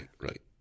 Right